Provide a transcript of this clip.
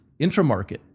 intramarket